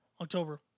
October